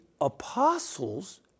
apostles